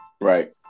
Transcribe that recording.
Right